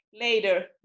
later